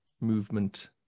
Movement